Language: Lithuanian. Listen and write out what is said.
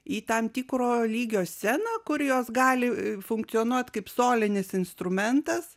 į tam tikro lygio sceną kur jos gali funkcionuot kaip solinis instrumentas